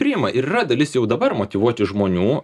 priima ir yra dalis jau dabar motyvuotų žmonių